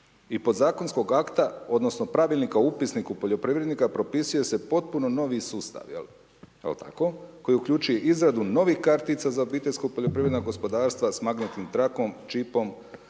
i podzakonskog akta odnosno Pravilnika u upisniku poljoprivrednika, propisuje se potpuno novi sustav, jel tako, koji uključuje izradu novih kartica za OPG-ove sa magnetnom trakom, čipom,